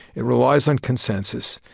it relies on consensus,